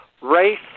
race